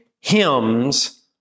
hymns